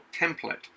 template